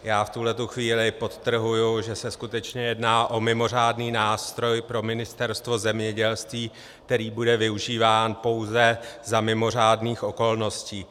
V tuto chvíli podtrhuji, že se skutečně jedná o mimořádný nástroj pro Ministerstvo zemědělství, který bude využíván pouze za mimořádných okolností.